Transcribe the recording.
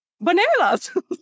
bananas